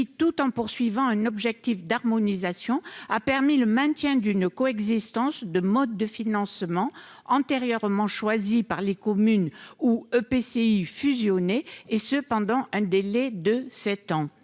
tout en visant un objectif d'harmonisation, a permis le maintien d'une coexistence de modes de financement antérieurement choisis par les communes ou EPCI fusionnés, et ce pendant un délai de sept ans.